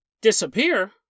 disappear